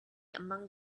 among